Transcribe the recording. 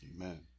Amen